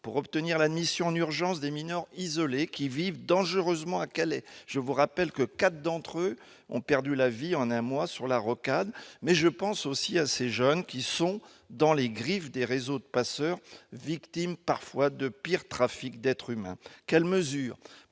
pour obtenir l'admission en urgence des mineurs isolés qui vivent dangereusement à Calais ? Je vous rappelle que quatre d'entre eux ont perdu la vie en un mois sur la rocade. Je pense aussi à ces jeunes qui sont dans les griffes des réseaux de passeurs, victimes parfois des pires trafics d'êtres humains. Quelles mesures